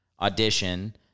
audition